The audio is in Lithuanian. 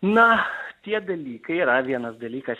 na tie dalykai yra vienas dalykas